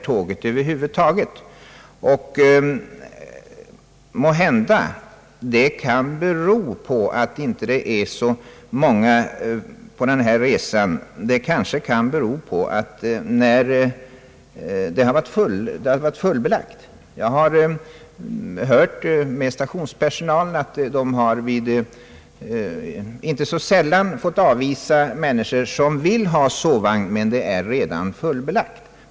Måhända kan antalet avoch påstigande vid de nämnda stationerna bero på att alla platser varit belagda redan tidigare. Jag har hört av stationspersonal att man inte så sällan fått avvisa personer, som vill ha sovplats, med hänsyn till att tåget redan varit fullbelagt.